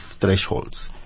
thresholds